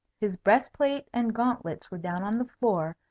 his breast-plate and gauntlets were down on the floor,